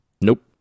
Nope